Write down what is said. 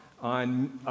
on